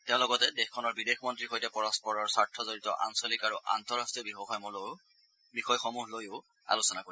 তেওঁ লগতে দেশখনৰ বিদেশমন্ত্ৰীৰ সৈতে পৰম্পৰৰ স্বাৰ্থজড়িত আঞ্চলিক আৰু আন্তঃৰাষ্ট্ৰীয় বিষয়সমূহ লৈও আলোচনা কৰিব